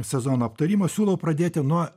sezono aptarimo siūlau pradėti nuo